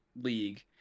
league